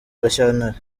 gashyantare